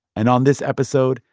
and on this episode,